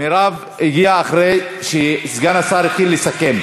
מרב הגיעה אחרי שסגן השר התחיל לסכם.